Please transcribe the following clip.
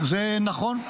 זה נכון.